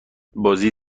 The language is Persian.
بازی